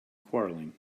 quarrelling